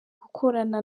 gukorana